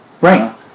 Right